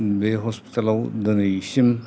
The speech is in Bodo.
बे हस्पिटेलाव दिनैसिम